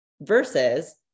versus